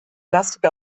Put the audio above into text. lastet